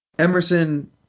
Emerson